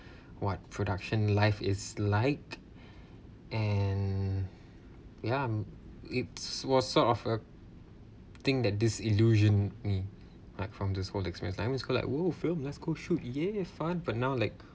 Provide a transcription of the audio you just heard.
what production life is like and yeah it was sort of a thing that this illusion me like from this whole I'm just go like !wow! film let's go shoot but now like